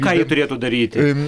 ką ji turėtų daryti